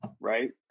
right